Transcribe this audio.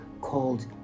called